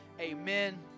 amen